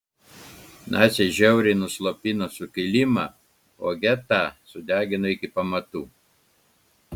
naciai žiauriai nuslopino sukilimą o getą sudegino iki pamatų